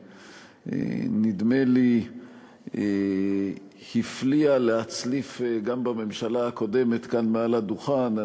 שנדמה לי הפליאה להצליף גם בממשלה הקודמת כאן מעל הדוכן,